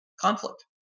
conflict